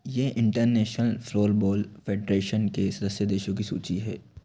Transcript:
यह International Floorball Federation के सदस्य देशों की सूची है